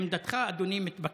עמדתך, אדוני, מתבקשת.